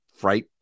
Fright